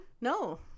No